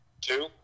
two